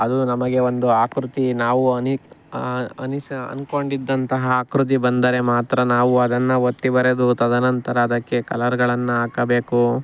ಅದು ನಮಗೆ ಒಂದು ಆಕೃತಿ ನಾವು ಅನಿ ಅನಿಸು ಅಂದುಕೊಂಡಿದ್ದಂತಹ ಆಕೃತಿ ಬಂದರೆ ಮಾತ್ರ ನಾವು ಅದನ್ನು ಒತ್ತಿ ಬರೆದು ತದನಂತರ ಅದಕ್ಕೆ ಕಲರ್ಗಳನ್ನು ಹಾಕಬೇಕು